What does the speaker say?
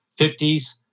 50s